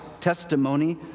testimony